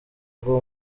bwo